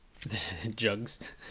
jugs